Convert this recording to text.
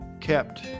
kept